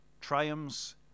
triumphs